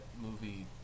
movie